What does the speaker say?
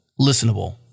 listenable